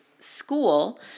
school